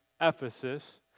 Ephesus